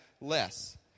less